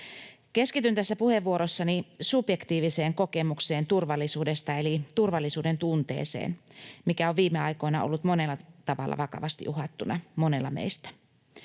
Keskityn tässä puheenvuorossani subjektiiviseen kokemukseen turvallisuudesta eli turvallisuudentunteeseen, mikä on viime aikoina ollut monella tavalla vakavasti uhattuna monella meistä.